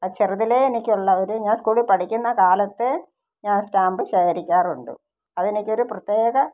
അത് ചെറുതിലെ എനിക്ക് ഉള്ള ഒരു ഞാൻ സ്കൂളിൽ പഠിക്കുന്ന കാലത്ത് ഞാൻ സ്റ്റാമ്പ് ശേഖരിക്കാറുണ്ട് അതെനിക്ക് ഒരു പ്രത്യേക